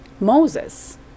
Moses